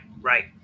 right